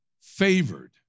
favored